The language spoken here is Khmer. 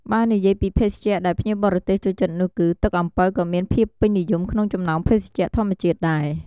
បើនិយាយពីភេសជ្ជៈដែលភ្ញៀវបរទេសចូលចិត្តនោះ ទឹកអំពៅក៏មានភាពពេញនិយមក្នុងចំណោមភេសជ្ជៈធម្មជាតិដែរ។